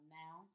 now